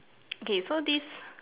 okay so this